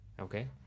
Okay